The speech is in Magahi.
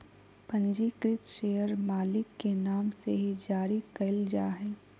पंजीकृत शेयर मालिक के नाम से ही जारी क़इल जा हइ